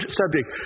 subject